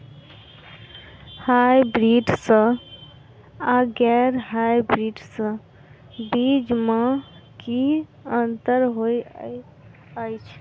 Hybrids आ गैर hybrids बीज म की अंतर होइ अछि?